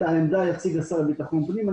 את העמדה יציג השר לביטחון הפנים.